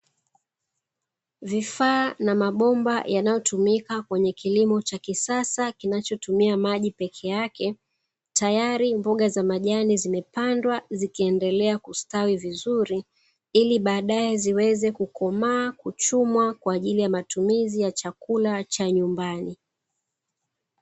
Vifaa na mabomba yanayotumika kwenye kilimo cha kisasa kinachotumia maji peke yake. Tayari mboga za majani zimepandwa zikiendelea kustawi vizuri ili baadae ziweze kukomaa, kuchumwa kwa ajili ya matumizi ya chakula cha nyumbani.